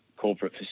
corporate